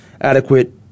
adequate